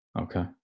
Okay